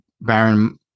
Baron